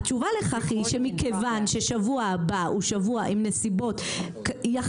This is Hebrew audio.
התשובה לכך היא שמכיוון ששבוע הבא הוא שבוע עם נסיבות שיחסית